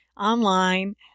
online